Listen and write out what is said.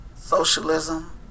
Socialism